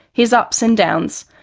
his ups and downs.